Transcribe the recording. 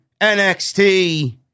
NXT